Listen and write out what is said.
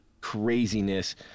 craziness